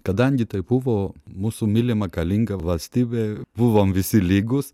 kadangi tai buvo mūsų mylima galinga valstybė buvom visi lygūs